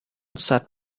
sat